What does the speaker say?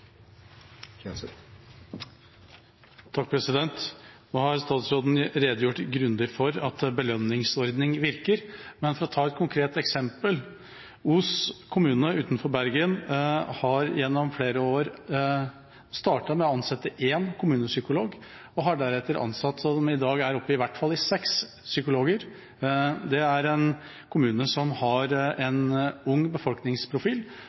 er merknaden. Nå har statsråden redegjort grundig for at belønningsordning virker. For å ta et konkret eksempel: Os kommune utenfor Bergen startet med å ansette én kommunepsykolog og har deretter, gjennom flere år, ansatt flere slik at de i dag i hvert fall er oppe i seks psykologer. Dette er en kommune som har en ung befolkningsprofil,